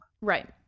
Right